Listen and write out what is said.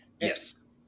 yes